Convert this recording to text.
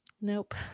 Nope